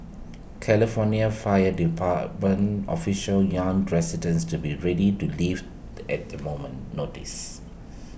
California fire department officials young residents to be ready to leave at the moment's notice